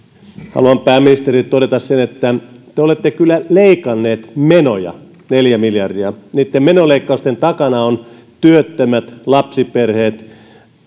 haluan pääministeri todeta sen että te olette kyllä leikanneet menoja neljä miljardia niitten menoleikkausten takana ovat työttömät lapsiperheet